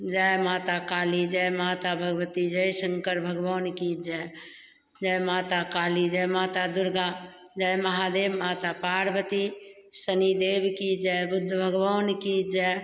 जय माता काली जय माता भगवती जय शंकर भगवान की जय जय माता काली जय माता दुर्गा जय महादेव माता पार्वती शनि देव की जय बुद्ध भगवान की जय